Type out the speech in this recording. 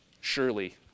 surely